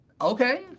Okay